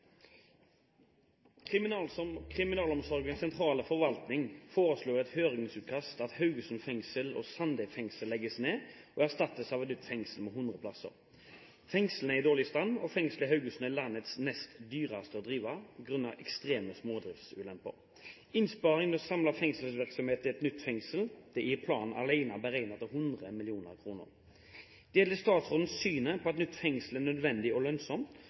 var som følger: Spørsmål 2, fra representanten Kjell Ingolf Ropstad til justisministeren, vil bli tatt opp av Hans Olav Syversen. «Kriminalomsorgens sentrale forvaltning foreslår i et høringsutkast at Haugesund fengsel og Sandeid fengsel legges ned og erstattes av et nytt fengsel med 100 plasser. Fengslene er i dårlig stand, og fengslet i Haugesund er landets nest dyreste å drive grunnet ekstreme smådriftsulemper. Innsparingen ved å samle fengselsvirksomheten i et nytt fengsel er i planen alene beregnet til 100